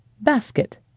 Basket